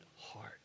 heart